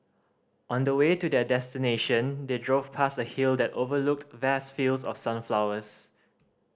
on the way to their destination they drove past a hill that overlooked vast fields of sunflowers